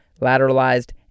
lateralized